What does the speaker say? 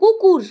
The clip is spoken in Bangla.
কুকুর